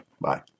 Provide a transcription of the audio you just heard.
Bye